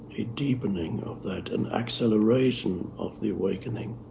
a deepening of that, an acceleration of the awakening.